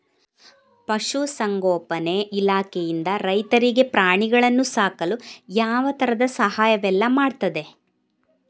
ಪಶುಸಂಗೋಪನೆ ಇಲಾಖೆಯಿಂದ ರೈತರಿಗೆ ಪ್ರಾಣಿಗಳನ್ನು ಸಾಕಲು ಯಾವ ತರದ ಸಹಾಯವೆಲ್ಲ ಮಾಡ್ತದೆ?